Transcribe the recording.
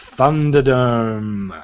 Thunderdome